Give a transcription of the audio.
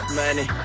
money